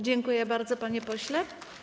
Dziękuję bardzo, panie pośle.